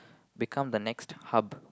become the next hub